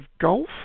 Golf